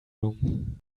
room